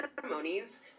ceremonies